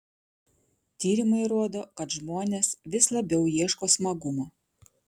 tyrimai rodo kad žmonės vis labiau ieško smagumo